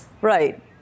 Right